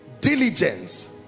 diligence